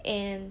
and